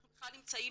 אנחנו בכלל נמצאים